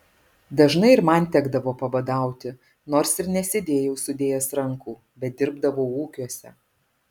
dažnai ir man tekdavo pabadauti nors ir nesėdėjau sudėjęs rankų bet dirbdavau ūkiuose